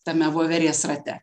tame voverės rate